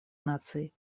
наций